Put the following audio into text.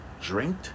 drank